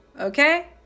okay